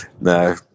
No